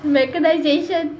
mechanisation